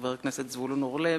חבר הכנסת זבולון אורלב,